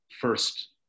first